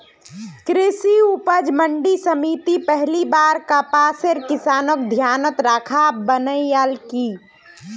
कृषि उपज मंडी समिति पहली बार कपासेर किसानक ध्यानत राखे बनैयाल की